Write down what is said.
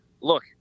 look